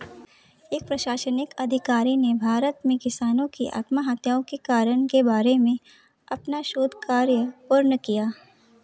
एक प्रशासनिक अधिकारी ने भारत में किसानों की आत्महत्या के कारण के बारे में अपना शोध कार्य पूर्ण किया